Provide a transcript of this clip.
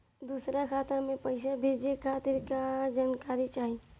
दूसर खाता में पईसा भेजे के खातिर का का जानकारी चाहि?